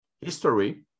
history